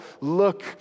look